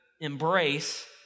embrace